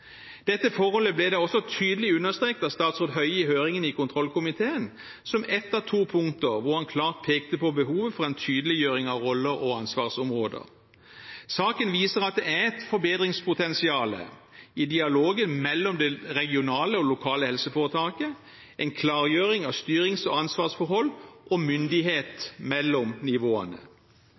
Dette forholdet ble da også tydelig understreket av statsråd Høie i høringen i kontrollkomiteen som ett av to punkter hvor han klart pekte på behovet for en tydeliggjøring av roller og ansvarsområder. Saken viser at det er et forbedringspotensial i dialogen mellom det regionale og lokale helseforetaket, en klargjøring av styrings- og ansvarsforhold og myndighet mellom nivåene.